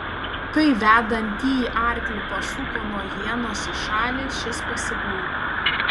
kai vedantįjį arklį pasuko nuo ienos į šalį šis pasibaidė